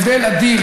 זה הבדל אדיר,